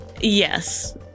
Yes